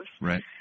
Right